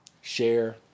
share